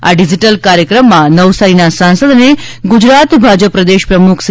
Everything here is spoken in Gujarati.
આ ડિજીટલ કાર્યક્રમમાં નવસારીના સાંસદ અને ગુજરાત ભાજપ પ્રદેશ પ્રમુખ સી